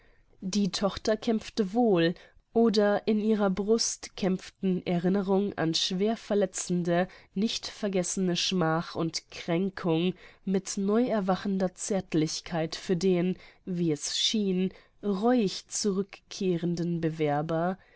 die tochter kämpfte wohl oder in ihrer brust kämpften erinnerung an schwerverletzende nicht vergessene schmach und kränkung mit neuerwachender zärtlichkeit für den wie es schien reuig zurückkehrenden bewerber